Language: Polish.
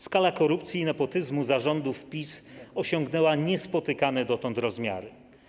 Skala korupcji i nepotyzmu za rządów PiS osiągnęła niespotykane dotąd rozmiary.